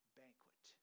banquet